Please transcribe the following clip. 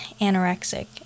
anorexic